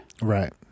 Right